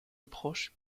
approche